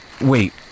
Wait